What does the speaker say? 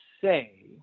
say